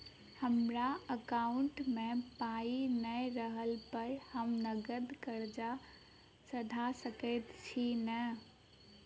हमरा एकाउंट मे पाई नै रहला पर हम नगद कर्जा सधा सकैत छी नै?